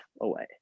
away